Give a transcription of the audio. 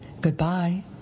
Goodbye